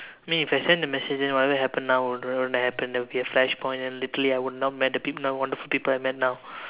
mean if I send the message then whatever happen now won't happen there will be a flash point and literally I would not met the people the wonderful people I met now